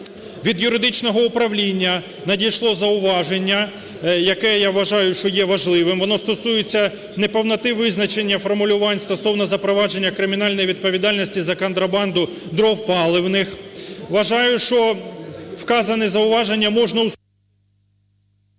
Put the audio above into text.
Від юридичного управління надійшло зауваження, яке, я вважаю, що є важливим. Воно стосується неповноти визначення формулювань стосовно запровадження кримінальної відповідальності за контрабанду дров паливних. Вважаю, що вказані зауваження можна… ГОЛОВУЮЧИЙ.